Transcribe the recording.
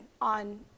on